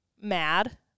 mad